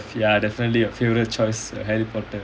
oh I mean ya ya definitely a favourite choice is harry potter